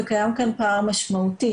וקיים כאן פער משמעותי.